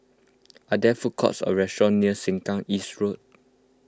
are there food courts or restaurants near Sengkang East Road